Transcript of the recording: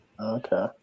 okay